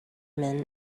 men